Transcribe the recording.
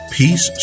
peace